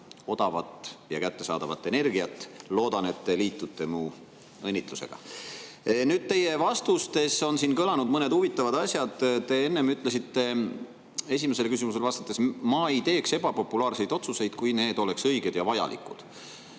odavat ja kättesaadavat energiat. Loodan, et te liitute mu õnnitlusega. Nüüd, teie vastustes on siin kõlanud mõned huvitavad asjad. Te enne ütlesite esimesele küsimusele vastates: "Ma ei teeks ebapopulaarseid otsuseid, kui need ei oleks õiged ja vajalikud."